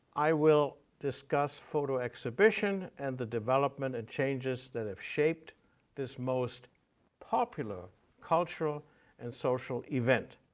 i will discuss photo exhibition and the development and changes that have shaped this most popular cultural and social event,